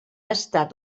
estat